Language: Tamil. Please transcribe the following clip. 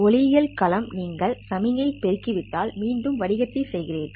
ஒளியியல் களம் நீங்கள் சமிக்ஞை ப பெருக்கிவிட்டால் மீண்டும் வடிகட்டி செய்கிறீர்கள்